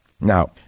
Now